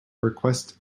request